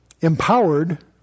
empowered